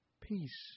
peace